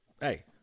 hey